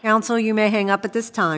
down so you may hang up at this time